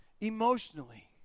emotionally